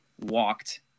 walked